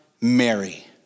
Mary